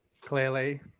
Clearly